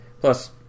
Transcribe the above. Plus